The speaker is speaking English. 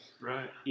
Right